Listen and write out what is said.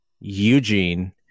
Eugene